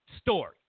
Story